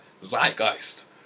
zeitgeist